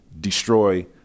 destroy